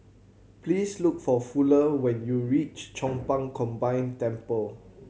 please look for Fuller when you reach Chong Pang Combined Temple